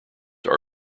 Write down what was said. are